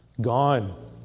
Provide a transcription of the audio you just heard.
Gone